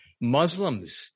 Muslims